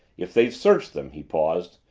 if they've searched them, he paused,